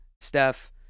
Steph